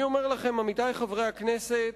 אני אומר לכם, עמיתי חברי הכנסת,